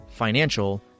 financial